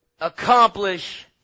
accomplish